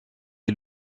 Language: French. est